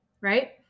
right